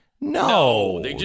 No